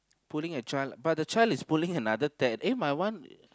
pulling a child but the child is pulling another ted~ eh my one